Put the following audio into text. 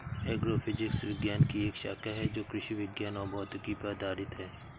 agrophysics विज्ञान की एक शाखा है जो कृषि विज्ञान और भौतिकी पर आधारित है